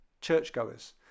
churchgoers